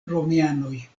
romianoj